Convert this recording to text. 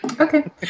Okay